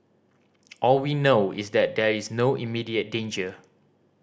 all we know is that there is no immediate danger